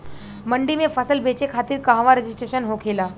मंडी में फसल बेचे खातिर कहवा रजिस्ट्रेशन होखेला?